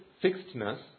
fixedness